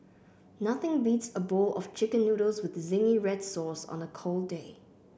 nothing beats a bowl of chicken noodles with zingy red sauce on a cold day